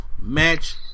match